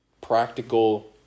practical